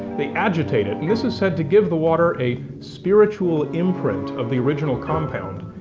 they agitate it, and this is said to give the water a spiritual imprint of the original compound,